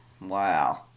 Wow